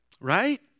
Right